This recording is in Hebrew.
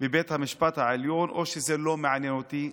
בבית המשפט העליון או שזה לא מעניין אותי?